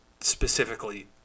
specifically